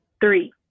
Three